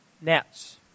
nets